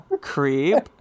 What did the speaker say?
creep